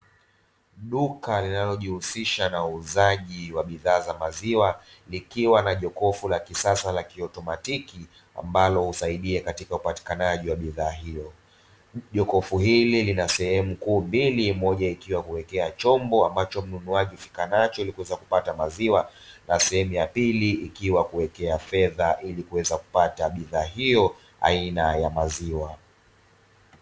Duka linalojihusisha na uuzaji wa bidhaa za maziwa, likiwa na jokofu la kisasa la kiautomatiki ambalo husaidia katika upatikanaji wa bidhaa hiyo. Jokofu hili lina sehemu kuu mbili moja ikiwa kuwekea chombo ambacho mnunuaji hufika nacho, ili kuweza kupata maziwa na sehemu ya pili ikiwa kuwekea fedha ili kuweza kupata bidhaa hiyo aina ya maziwa.